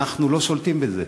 אנחנו לא שולטים בזה.